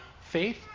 faith